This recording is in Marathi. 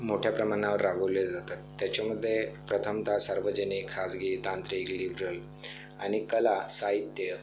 मोठ्या प्रमाणावर राबवले जातात त्याच्यामधे प्रथमत सार्वजनिक खाजगी तांत्रिक लिबरल आणि कला साहित्य